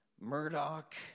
Murdoch